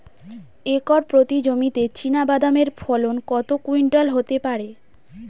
Acre প্রতি জমিতে চীনাবাদাম এর ফলন কত কুইন্টাল হতে পারে?